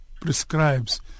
prescribes